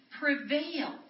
prevail